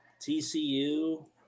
TCU